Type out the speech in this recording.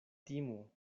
timu